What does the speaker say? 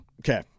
Okay